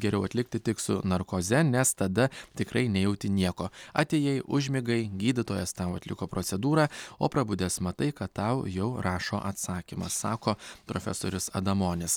geriau atlikti tik su narkoze nes tada tikrai nejauti nieko atėjai užmigai gydytojas tau atliko procedūrą o prabudęs matai kad tau jau rašo atsakymą sako profesorius adamonis